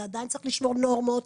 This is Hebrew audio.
עדיין צריך לשמור נורמות,